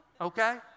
okay